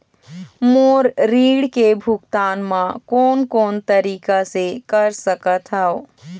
मोर ऋण के भुगतान म कोन कोन तरीका से कर सकत हव?